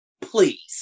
Please